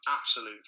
absolute